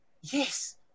yes